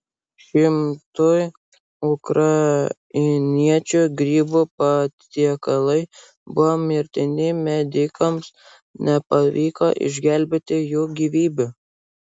šimtui ukrainiečių grybų patiekalai buvo mirtini medikams nepavyko išgelbėti jų gyvybių